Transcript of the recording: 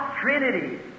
Trinity